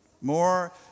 more